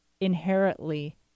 inherently